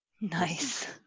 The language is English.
Nice